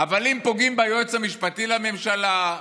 אבל אם פוגעים ביועץ המשפטי לממשלה,